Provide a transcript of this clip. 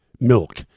milk